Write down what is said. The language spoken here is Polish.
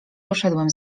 poszedłem